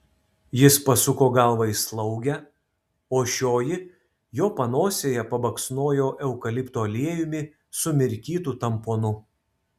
jis pasuko galvą į slaugę o šioji jo panosėje pabaksnojo eukalipto aliejumi sumirkytu tamponu